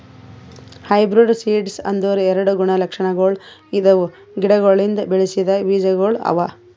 hybrid seeds ಅಂದುರ್ ಎರಡು ಗುಣ ಲಕ್ಷಣಗೊಳ್ ಇದ್ದಿವು ಗಿಡಗೊಳಿಂದ್ ಬೆಳಸಿದ್ ಬೀಜಗೊಳ್ ಅವಾ